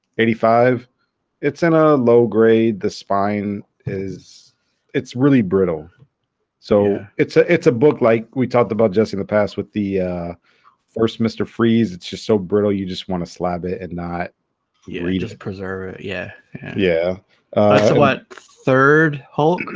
eighty five it's in a low-grade the spine is it's really brittle so it's a it's a book like we talked about but just in the past with the first mr. freeze it's just so brittle you just want to slab it and not read just preserve it yeah yeah what third hold